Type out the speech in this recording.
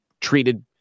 treated